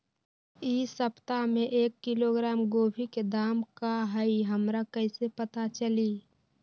इ सप्ताह में एक किलोग्राम गोभी के दाम का हई हमरा कईसे पता चली?